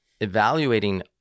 evaluating